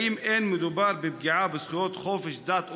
האם אין מדובר בפגיעה בזכויות חופש הדת והפולחן?